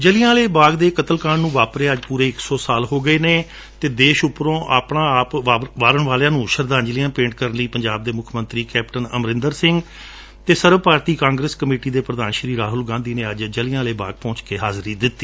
ਜਲ਼ਿਆਂਵਾਲੇ ਬਾਗ ਦੇ ਕਤਲਕਾਂਡ ਨੂੰ ਵਾਪਰੇ ਅੱਜ ਪੁਰੇ ਇਕ ਸੌ ਸਾਲ ਹੋ ਗਏ ਨੇ ਅਤੇ ਦੇਸ਼ ਉਪਰੋਂ ਆਪਾ ਵਾਰਣ ਵਾਲਿਆਂ ਨੂੰ ਸ਼ਰਧਾਂਜਲੀਆਂ ਭੇਟ ਕਰਨ ਲਈ ਪੰਜਾਬ ਦੇ ਮੁੱਖ ਮੰਤਰੀ ਕੈਪਟਨ ਅਮਰਿੰਦਰ ਸਿੰਘ ਅਤੇ ਸਰਬ ਭਾਰਤੀ ਕਾਂਗਰਸ ਕਮੇਟੀ ਦੇ ਪ੍ਰਧਾਨ ਰਾਹੁਲ ਗਾਂਧੀ ਨੇ ਅੱਜ ਜਲ੍ਨਿਆਵਾਲੇ ਬਾਗ ਪਹੁੰਚ ਕੇ ਹਾਜ਼ਰੀ ਦਿੱਤੀ